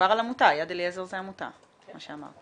מדובר על עמותה, יד אליעזר זה עמותה מה שאמרת.